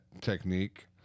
technique